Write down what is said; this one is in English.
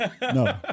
No